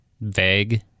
vague